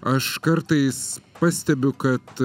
aš kartais pastebiu kad